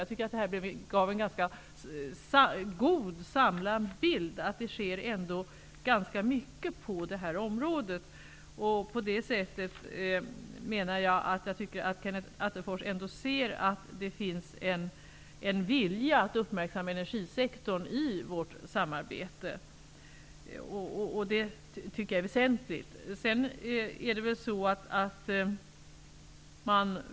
Jag tycker att svaret gav en god, samlad bild av att det sker ganska mycket på detta område. Jag tycker att Kenneth Attefors ändå borde se att det finns en vilja att uppmärksamma energisektorn i vårt samarbete. Det tycker jag är väsentligt.